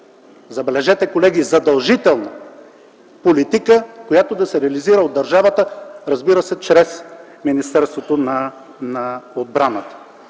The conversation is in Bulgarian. забележете, колеги - а задължителна политика, която да се реализира от държавата, разбира се, чрез Министерството на отбраната.